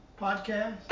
podcast